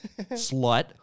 Slut